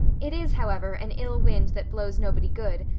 it is, however, an ill wind that blows nobody good,